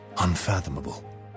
Unfathomable